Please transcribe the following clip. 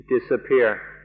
disappear